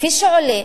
כפי שעולה